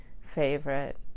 favorite